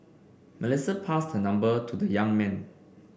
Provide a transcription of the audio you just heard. Melissa passed her number to the young man